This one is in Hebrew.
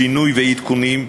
שינוי ועדכונים,